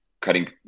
cutting